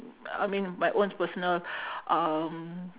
I mean my own personal um